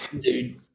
Dude